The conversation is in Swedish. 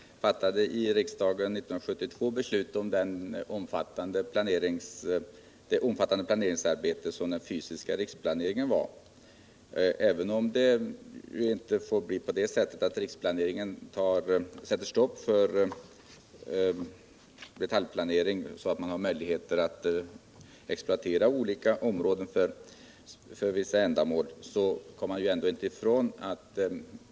Herr talman! I riksdagen fattade vi 1972 beslut om det omfattande planeringsarbete som den fysiska riksplaneringen innebar. Riksplaneringen får inte sätta stopp för detaljplaneringen. Man måste kunna exploatera olika områden för vissa ändamål även under riksplaneringsarbetet.